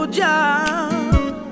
job